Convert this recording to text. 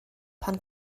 pan